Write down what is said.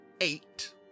Eight